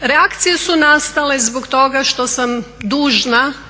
Reakcije su nastale zbog toga što sam dužna